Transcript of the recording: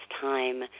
time